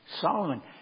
Solomon